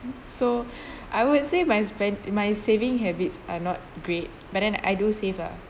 so I would say my spend my saving habits are not great but then I do save lah